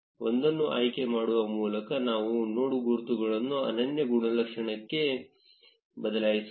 ಒಂದನ್ನು ಆಯ್ಕೆ ಮಾಡುವ ಮೂಲಕ ನಾವು ನೋಡ್ ಗುರುತುಗಳನ್ನು ಅನನ್ಯ ಗುಣಲಕ್ಷಣಕ್ಕೆ ಬದಲಾಯಿಸೋಣ